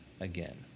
again